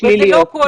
זה לא קורה,